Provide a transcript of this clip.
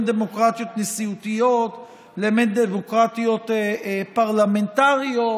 דמוקרטיות נשיאותיות לבין דמוקרטיות פרלמנטריות.